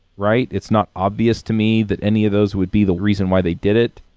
right? it's not obvious to me that any of those would be the reason why they did it.